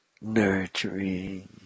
nurturing